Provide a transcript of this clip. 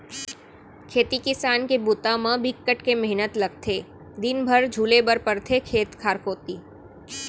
खेती किसान के बूता म बिकट के मेहनत लगथे दिन भर झुले बर परथे खेत खार कोती